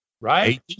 right